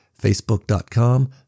Facebook.com